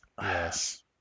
Yes